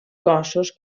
cossos